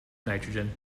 nitrogen